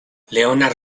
leonard